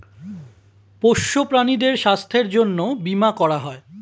পোষ্য প্রাণীদের স্বাস্থ্যের জন্যে বীমা করা হয়